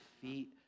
feet